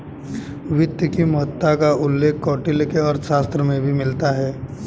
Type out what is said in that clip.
वित्त की महत्ता का उल्लेख कौटिल्य के अर्थशास्त्र में भी मिलता है